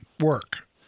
work